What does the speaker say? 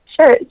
sure